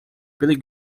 billy